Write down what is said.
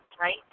right